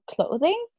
clothing